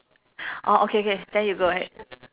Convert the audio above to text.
orh okay K then you go ahead